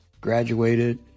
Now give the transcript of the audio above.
graduated